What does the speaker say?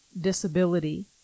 disability